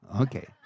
Okay